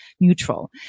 neutral